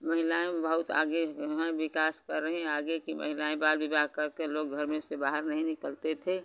महिलाएँ भी बहुत आगे हैं विकास कर रही हैं आगे की महिलाएँ बाल विवाह करके लोग घर में से बाहर नहीं निकलते थे